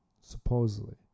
supposedly